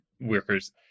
workers